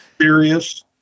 Serious